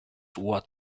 what